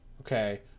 okay